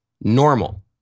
normal